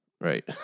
Right